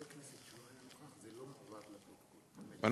אם